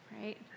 right